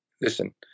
listen